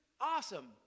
awesome